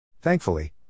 Thankfully